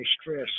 stress